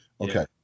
okay